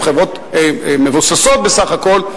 הן חברות מבוססות בסך הכול.